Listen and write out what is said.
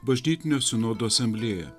bažnytinio sinodo asamblėją